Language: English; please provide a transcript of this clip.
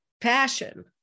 passion